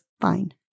fine